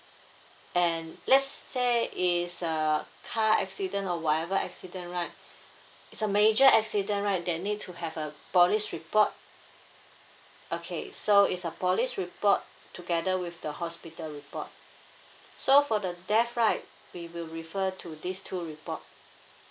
and let's say it's a car accident or whatever accident right it's a major accident right then need to have a police report okay so it's a police report together with the hospital report so for the death right we will refer to this two report